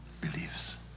beliefs